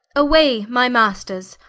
away my masters,